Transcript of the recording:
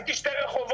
הייתי שתי רחובות,